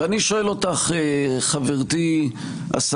ואני שואל אותך חברתי,